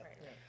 right